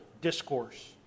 discourse